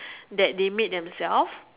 that they made themselves